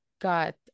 got